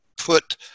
put